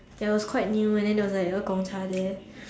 it was quite new and there was like a Gong-Cha there